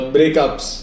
Breakups